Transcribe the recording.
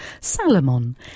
Salomon